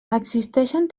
existeixen